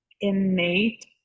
innate